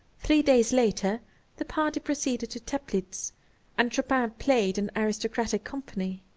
three days later the party proceeded to teplitz and chopin played in aristocratic company.